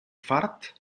fart